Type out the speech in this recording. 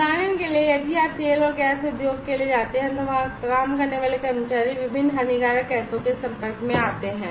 उदाहरण के लिए यदि आप तेल और गैस उद्योग के लिए जाते हैं तो वहां काम करने वाले कर्मचारी विभिन्न हानिकारक गैसों के संपर्क में आते हैं